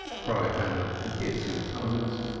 cried hannah in piercing tones,